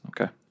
Okay